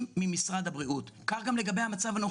אני אחבר אותך לסיסמא של יש עתיד: "באנו לשנות".